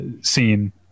scene